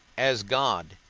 as god,